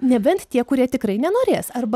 nebent tie kurie tikrai nenorės arba